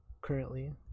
currently